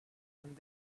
and